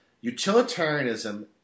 utilitarianism